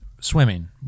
Swimming